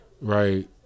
right